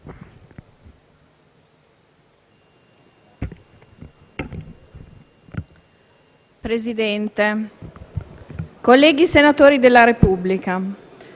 Presidente, colleghi senatori della Repubblica,